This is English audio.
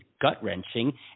gut-wrenching